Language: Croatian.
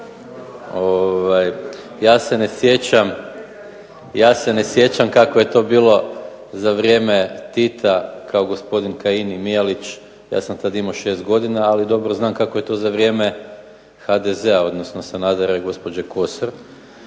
Ja se ne sjećam kako je to bilo za vrijeme Tita kao gospodin Kajin i MIjalić ja sam tada imao 6 godina ali dobro znam kako je to za vrijeme HDZ-a, odnosno Sanadera i gospođe KOsor,